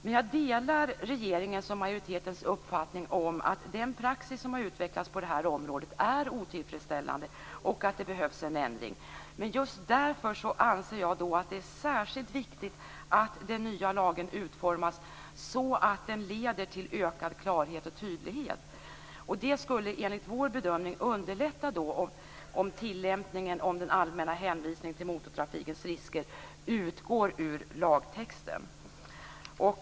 Men jag delar regeringens och majoritetens uppfattning att den praxis som har utvecklats på det här området är otillfredsställande och att det behövs en ändring. Just därför anser jag att det är särskilt viktigt att den nya lagen utformas så att den leder till ökad klarhet och tydlighet. Det skulle enligt vår bedömning underlätta tillämpningen om den allmänna hänvisningen till motortrafikens risker utgår ur lagtexten.